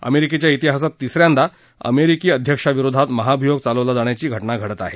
अमेरिकेच्या तिहासात तिसऱ्यांदा अमेरिकी अध्यक्षाविरोधात महाभियोग चालवला जाण्याची घटना घडत आहे